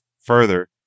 further